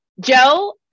Joe